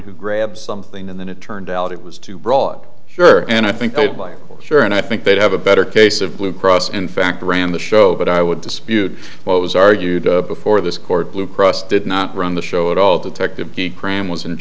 who grabs something and then it turned out it was too broad sure and i think they'd like sure and i think they'd have a better case of blue cross in fact ran the show but i would dispute what was argued before this court blue cross did not run the show at all detective